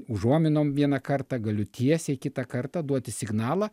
užuominom vieną kartą galiu tiesiai kitą kartą duoti signalą